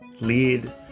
lead